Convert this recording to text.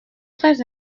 très